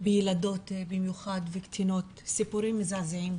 בילדות במיוחד וקטינות, סיפורים מזעזעים,